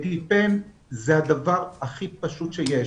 ואפיפן הוא הדבר הכי פשוט שיש.